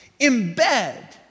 Embed